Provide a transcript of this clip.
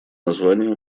названием